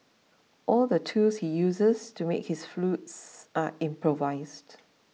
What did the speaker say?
all the tools he uses to make his flutes are improvised